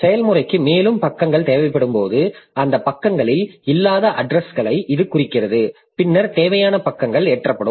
செயல்முறைக்கு மேலும் பக்கங்கள் தேவைப்படும்போது அந்த பக்கங்களில் இல்லாத அட்ரஸ்களை இது குறிக்கிறது பின்னர் தேவையான பக்கங்கள் ஏற்றப்படும்